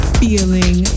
feeling